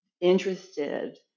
interested